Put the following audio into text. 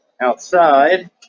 outside